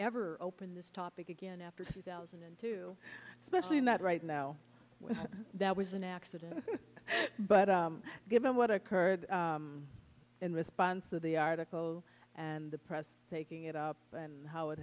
ever open this topic again after two thousand and two specially in that right now that was an accident but given what occurred in response to the article and the press taking it up and how it